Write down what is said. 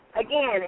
Again